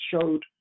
showed